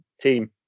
team